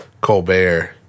Colbert